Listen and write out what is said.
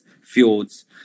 fjords